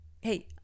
Hey